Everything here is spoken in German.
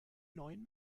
neuen